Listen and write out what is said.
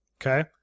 Okay